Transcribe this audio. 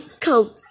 coke